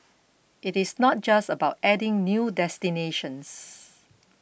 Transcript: it is not just about adding new destinations